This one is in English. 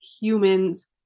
humans